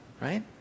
Right